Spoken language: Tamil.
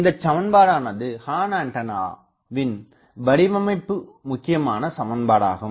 இந்தச்சமன்பாடானது ஹார்ன் ஆண்டனாவின் வடிவமைப்பு முக்கியமான சமன்பாடு ஆகும்